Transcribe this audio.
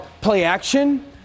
play-action